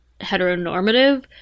heteronormative